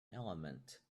element